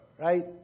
Right